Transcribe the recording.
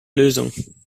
lösung